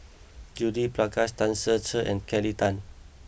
Judith Prakash Tan Ser Cher and Kelly Tang